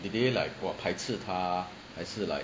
did they like !wah! 排斥她还是 like